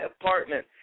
apartment